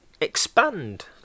expand